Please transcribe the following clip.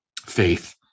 faith